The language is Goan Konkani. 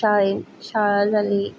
शाळेंत शाळा जाली